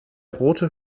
rote